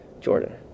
Jordan